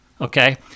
Okay